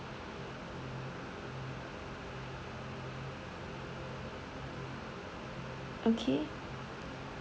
okay